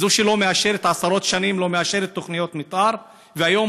זו שעשרות שנים לא מאשרת תוכניות מתאר והיום